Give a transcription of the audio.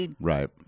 Right